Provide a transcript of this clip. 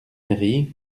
mairie